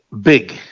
big